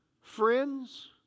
Friends